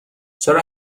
چرا